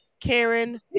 Karen